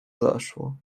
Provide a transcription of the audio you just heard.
zaszło